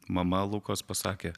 mama lukos pasakė